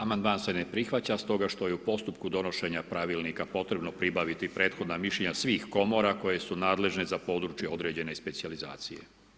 Amandman se ne prihvaća stoga što je u postupku donošenja Pravilnika potrebno pribaviti prethodna mišljenja svih komora koje su nadležne za područje određene specijalizacije.